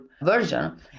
version